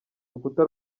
rubuga